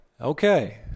Okay